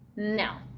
now.